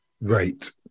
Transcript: Right